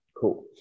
Cool